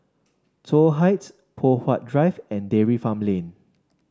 Toh Heights Poh Huat Drive and Dairy Farm Lane